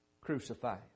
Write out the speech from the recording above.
crucified